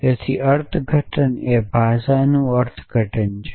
તેથી અર્થઘટન એ ભાષાની અર્થઘટન છે